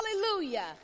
hallelujah